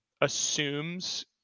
assumes